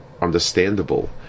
understandable